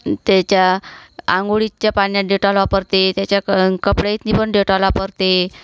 त्याच्या आंघोळीच्या पाण्यात डेटॉल वापरते त्याच्या क कपड्यातनं पण डेटॉल वापरते